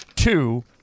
Two